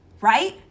right